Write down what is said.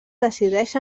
decideix